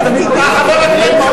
אתה עדיין לא יושב-ראש הכנסת.